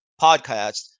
podcast